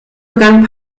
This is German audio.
begann